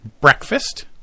breakfast